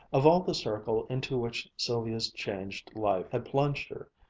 of all the circle into which sylvia's changed life had plunged her,